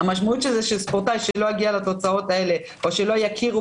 המשמעות של זה שספורטאי שלא יגיע לתוצאות האלה או שלא יכירו